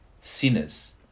sinners